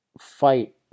fight